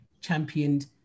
championed